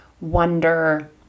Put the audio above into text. wonder